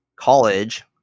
college